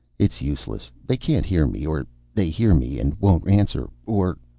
it's useless. they can't hear me. or they hear me and won't answer. or